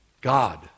God